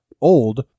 Old